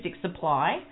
supply